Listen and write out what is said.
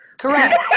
Correct